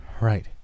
right